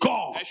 God